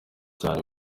cyane